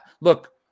look